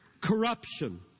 corruption